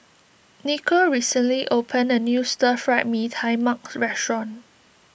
Nikko recently opened a new Stir Fry Mee Tai Mak restaurant